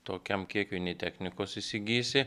tokiam kiekiui nei technikos įsigysi